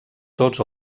tots